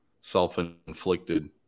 self-inflicted